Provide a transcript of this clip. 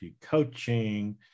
coaching